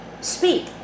speak